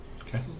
Okay